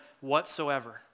whatsoever